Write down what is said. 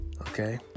Okay